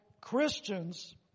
Christians